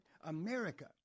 America